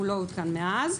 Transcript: והוא לא עודכן מאז.